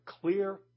clear